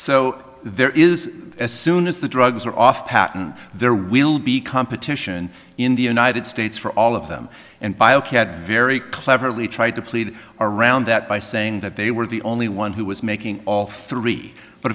so there is as soon as the drugs are off patent there will be competition in the united states for all of them and by ok very cleverly tried to plead around that by saying if they were the only one who was making all three but